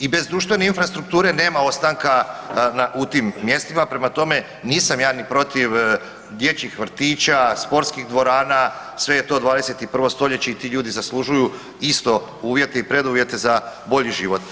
i bez društvene infrastrukture nema ostanka na, u tim mjestima, prema tome, nisam ja ni protiv dječjih vrtića, sportskih dvorana, sve je to 21. st. i ti ljudi zaslužuju isto, uvjete i preduvjete za bolji život.